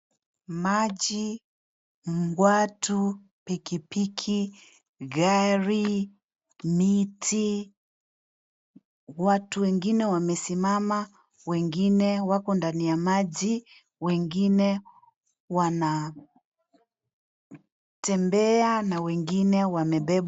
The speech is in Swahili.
Maji, watu, pikipiki, gari, miti, watu wengine wamesimama, wengine wako ndani ya maji, wengine wanatembea na wengine wamebeba...